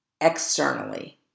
externally